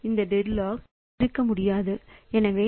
எந்த டெட்லாக் இருக்க முடியாது